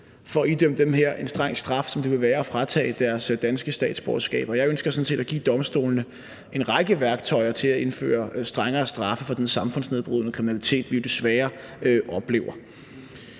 for at idømme dem her en streng straf, som det ville være at fratage dem deres danske statsborgerskab. Jeg ønsker sådan set at give domstolene en række værktøjer til at indføre strengere straffe for den samfundsnedbrydende kriminalitet, vi jo desværre oplever.